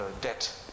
debt